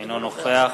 אינו נוכח